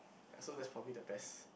ya so that's probably the best